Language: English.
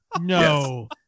No